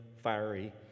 fiery